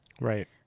Right